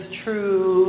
true